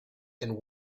and